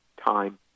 time